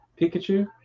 Pikachu